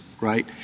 right